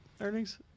earnings